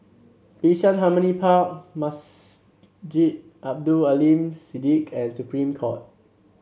Bishan Harmony Park Masjid Abdul Aleem Siddique and Supreme Court